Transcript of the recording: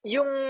Yung